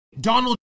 donald